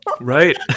Right